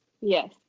yes